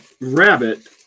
Rabbit